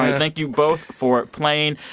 thank you both for playing.